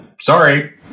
Sorry